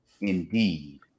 indeed